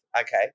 Okay